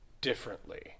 differently